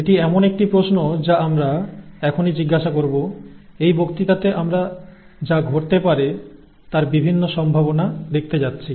এটি এমন একটি প্রশ্ন যা আমরা এখনই জিজ্ঞাসা করব এই বক্তৃতাতে আমরা যা ঘটতে পারে তার বিভিন্ন সম্ভাবনা দেখতে যাচ্ছি